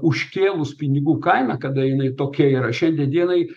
užkėlus pinigų kainą kada jinai tokia yra šiandien dienai